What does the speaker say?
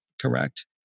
correct